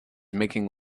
making